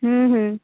ହୁଁ ହୁଁ